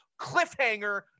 cliffhanger